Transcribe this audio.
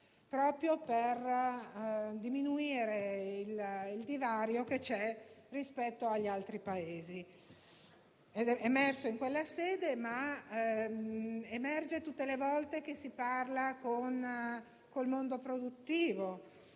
proprio per diminuire il divario rispetto agli altri Paesi. È emerso in quella sede ed emerge tutte le volte che si parla con il mondo produttivo,